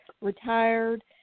retired